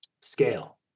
scale